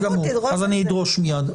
אני אדרוש מיד,